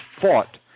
fought